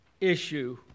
issue